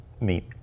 meet